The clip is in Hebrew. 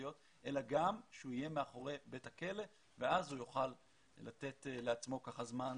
החברתיות אלא גם הוא יהיה בבית הכלא ואז הוא יוכל לתת לעצמו זמן